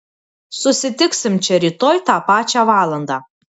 susitiksim čia rytoj tą pačią valandą